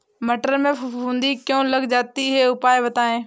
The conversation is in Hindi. मटर में फफूंदी क्यो लग जाती है उपाय बताएं?